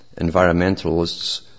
Environmentalists